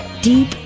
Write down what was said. deep